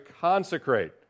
consecrate